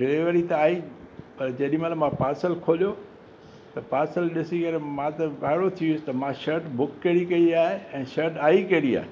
delivery त आई पर जेॾीमहिल मां पार्सल खोलियो त पार्सल ॾिसी करे मां त वाइड़ो थी वयुसि त मां शर्ट बुक कहिड़ी कई आहे ऐं शर्ट आई कहिड़ी आ